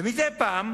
ומדי פעם